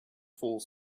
fools